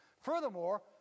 Furthermore